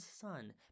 son